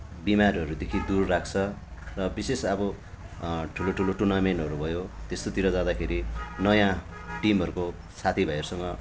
बिमारहरूदेखि दूर राख्छ र बिशेष अब ठुलो ठुलो टुर्नामेन्टहरू भयो त्यस्तोतिर जाँदाखेरि नयाँ टिमहरूको साथी भाइहरूसँग